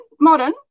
modern